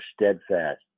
steadfast